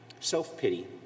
self-pity